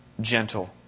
gentle